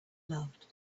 loved